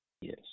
Yes